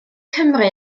cymru